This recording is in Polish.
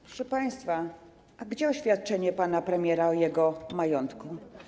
Proszę państwa, a gdzie oświadczenie pana premiera o jego majątku?